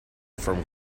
from